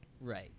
right